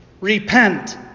Repent